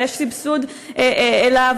ויש סבסוד לעבודה,